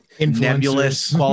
nebulous